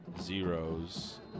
Zeros